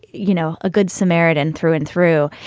you know, a good samaritan through and through.